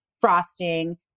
frosting